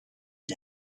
the